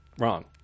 wrong